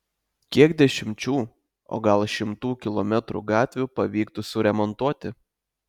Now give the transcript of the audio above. kiek dešimčių o gal šimtų kilometrų gatvių pavyktų suremontuoti